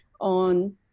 on